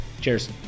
cheers